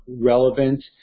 relevant